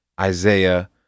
Isaiah